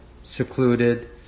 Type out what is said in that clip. secluded